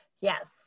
Yes